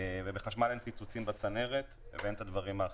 ובחשמל אין פיצוצים בצנרת ואין דברים אחרים.